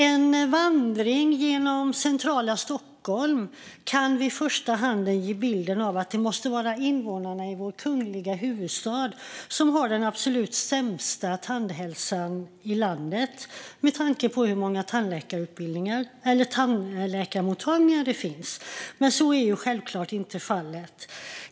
En vandring genom centrala Stockholm kan först ge vid handen att det måste vara invånarna i vår kungliga huvudstad som har den absolut sämsta tandhälsan i landet, med tanke på hur många tandläkarmottagningar det finns. Men så är självklart inte fallet.